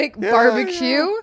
barbecue